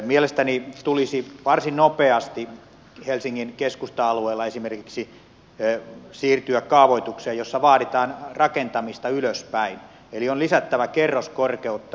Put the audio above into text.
mielestäni tulisi varsin nopeasti helsingin keskusta alueella esimerkiksi siirtyä kaavoitukseen jossa vaaditaan rakentamista ylöspäin eli on lisättävä kerroskorkeutta